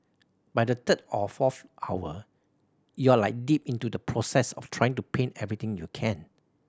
by the third or fourth hour you are like deep into the process of trying to paint everything you can